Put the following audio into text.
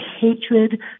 hatred